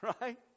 Right